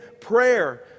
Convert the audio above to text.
prayer